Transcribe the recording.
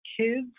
kids